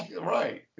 right